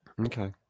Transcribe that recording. okay